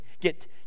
get